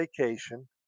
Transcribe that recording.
vacation